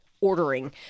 ordering